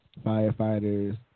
firefighters